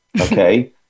Okay